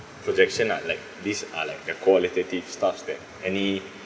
projection lah like these are like the qualitative stuffs that any